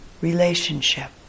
relationship